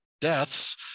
deaths